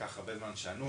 לקח הרבה זמן עד שענו,